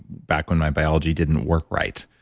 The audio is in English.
back when my biology didn't work right.